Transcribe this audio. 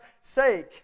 sake